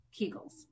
kegels